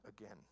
again